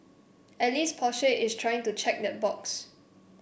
at least Porsche is trying to check that box